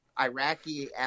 Iraqi